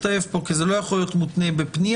כי זה לא יכול להיות מותנה בפנייה.